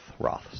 Roths